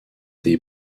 des